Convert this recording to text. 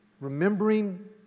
remembering